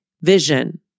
vision